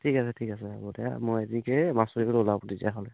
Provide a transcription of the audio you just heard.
ঠিক আছে ঠিক আছে হ'ব দে মই মাছ মাৰিবলৈ ওলাব তেতিয়াহ'লে